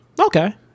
Okay